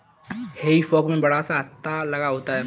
हेई fork में बड़ा सा हत्था लगा होता है